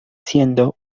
siendo